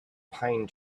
pine